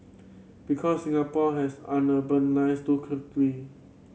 because Singapore has urbanised too quickly